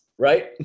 right